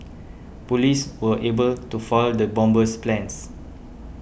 police were able to foil the bomber's plans